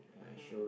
(uh huh)